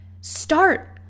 start